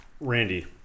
randy